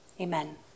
amen